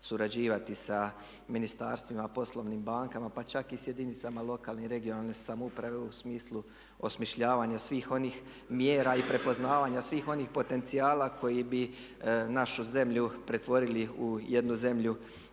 surađivati sa ministarstvima, poslovnim bankama, pa čak i sa jedinicama lokalnih, regionalne samouprave u smislu osmišljavanja svih onih mjera i prepoznavanja svih onih potencijala koji bi našu zemlju pretvorili u jednu zemlju